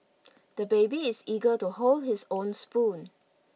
the baby is eager to hold his own spoon